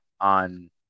on